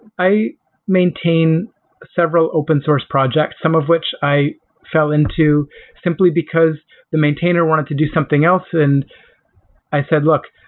i maintain several open source projects, some of which i fell into simply because the maintainer wanted to do something else. and i said, look,